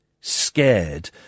scared